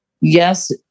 Yes